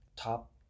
top